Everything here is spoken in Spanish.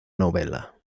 novela